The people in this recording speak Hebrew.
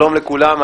שלום לכולם.